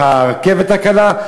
דרך הרכבת הקלה,